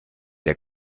der